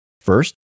First